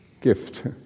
gift